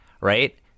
right